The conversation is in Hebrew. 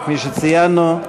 כפי שבאמת ציינו.